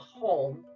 home